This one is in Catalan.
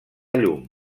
llum